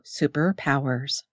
superpowers